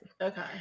Okay